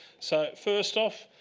so first off,